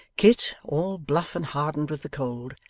kit, all bluff and hardened with the cold,